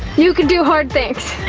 you can do hard things.